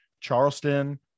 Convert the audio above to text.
Charleston